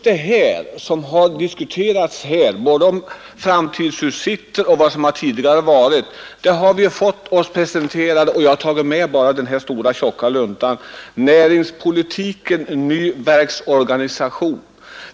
Det som har diskuterats här — framtidsutsikterna och vad som tidigare varit — har vi fått oss presenterat i den tjocka luntan Näringspolitiken — ny verksorganisation.